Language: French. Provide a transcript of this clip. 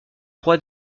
roi